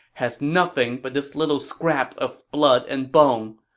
has nothing but this little scrap of blood and bone.